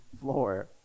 floor